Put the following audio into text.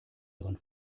ihren